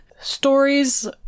stories